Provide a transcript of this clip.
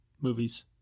movies